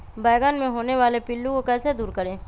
बैंगन मे होने वाले पिल्लू को कैसे दूर करें?